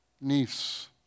niece